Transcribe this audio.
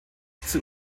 dieser